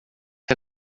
que